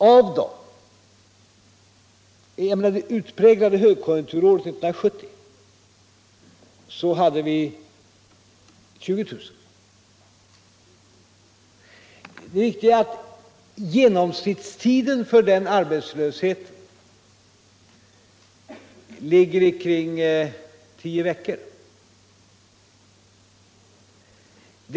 Under det utpräglade högkonjunkturåret 1970 hade vi 20000. Det viktiga är att genomsnittstiden för den arbetslösheten ligger omkring tio veckor.